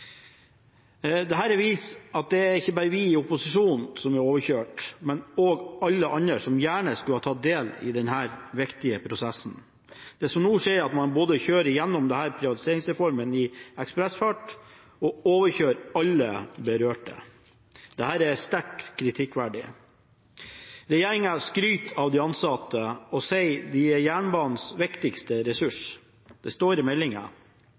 viser at det ikke bare er vi i opposisjonen som er overkjørt, men også alle andre som gjerne skulle ha tatt del i denne viktige prosessen. Det som nå skjer, er at man både kjører gjennom denne privatiseringsreformen i ekspressfart og overkjører alle berørte. Dette er sterkt kritikkverdig. Regjeringen skryter av de ansatte og sier at de er jernbanens viktigste ressurs – det står i